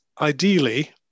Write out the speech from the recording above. ideally